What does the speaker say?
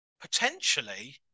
Potentially